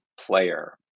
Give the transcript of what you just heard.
player